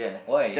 why